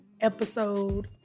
episode